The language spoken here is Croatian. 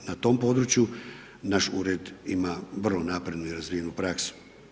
Na tom području naš ured ima vrlo naprednu i razvijenu praksu.